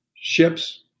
ships